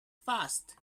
fast